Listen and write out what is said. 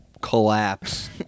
Collapse